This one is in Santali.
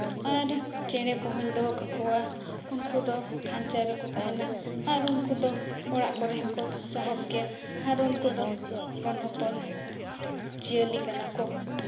ᱟᱨ ᱪᱮᱬᱮ ᱠᱚᱦᱚᱸᱧ ᱫᱚᱦᱚ ᱠᱟᱠᱚᱣᱟ ᱩᱱᱠᱩ ᱫᱚ ᱠᱷᱟᱧᱪᱟ ᱨᱮᱠᱚ ᱛᱟᱦᱮᱱᱟ ᱟᱨ ᱩᱱᱠᱩ ᱫᱚ ᱚᱲᱟᱜ ᱠᱚᱨᱮ ᱦᱚᱸᱠᱚ ᱥᱟᱦᱚᱵ ᱜᱮᱭᱟ ᱟᱨ ᱩᱱᱠᱩ ᱫᱚ ᱦᱚᱯᱚᱱ ᱦᱚᱯᱚᱱ ᱡᱤᱭᱟᱹᱞᱤ ᱠᱟᱱᱟ ᱠᱚ